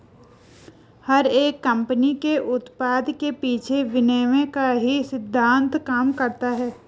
हर एक कम्पनी के उत्पाद के पीछे विनिमय का ही सिद्धान्त काम करता है